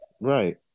Right